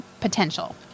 potential